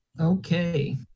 Okay